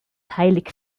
heilig